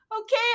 okay